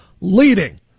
leading